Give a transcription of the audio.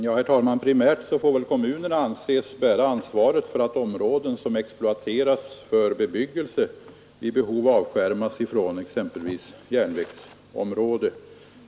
Herr talman! Primärt får väl kommunerna anses bära ansvaret för att områden som exploateras för bebyggelse vid behov avskärmas från exempelvis järnvägsområde.